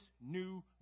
new